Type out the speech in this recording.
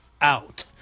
out